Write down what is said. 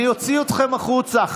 אני אוציא אתכם החוצה.